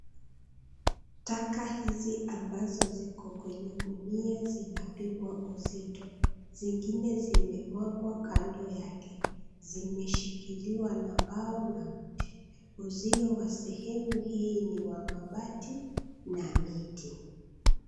Taka hizi ambazo ziko kwenye gunia zinapimwa uzito. Zingine zimemwagwa kando yake. Zimeshikiliwa na mbao na mti. Uzio wa sehemu hii ni wa mabati na miti.